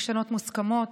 לשנות מוסכמות,